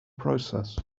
process